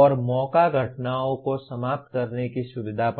और मौका घटनाओं को समाप्त करने की सुविधा प्रदान कर सकता है